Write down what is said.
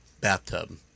bathtub